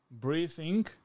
breathing